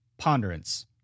Ponderance